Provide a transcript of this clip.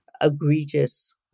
egregious